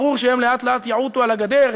ברור שהם לאט-לאט יעוטו על הגדר.